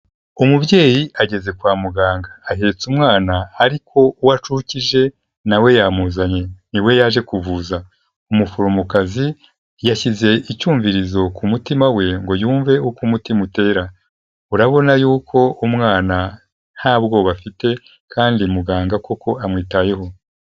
Umubyeyi ageze kwa muganga ahetse umwana ariko uwo acukije nawe yamuzanye ni we yaje kuvuza, umuforomokazi yashyize icyumvirizo ku mutima we ngo yumve uko umutima utera, urabona yuko umwana nta bwoba afite kandi muganga koko amwitayeho.